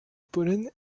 pollen